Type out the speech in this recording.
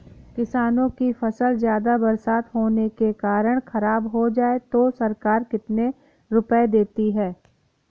किसानों की फसल ज्यादा बरसात होने के कारण खराब हो जाए तो सरकार कितने रुपये देती है?